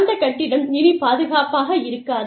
அந்த கட்டிடம் இனி பாதுகாப்பாக இருக்காது